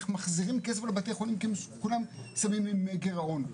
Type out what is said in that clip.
איך מחזירים כסף לבתי החולים כי כולם מסיימים עם גירעון.